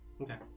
Okay